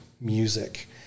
Music